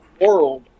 World